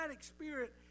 spirit